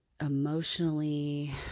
emotionally